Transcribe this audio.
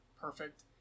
perfect